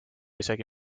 isegi